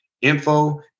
Info